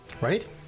Right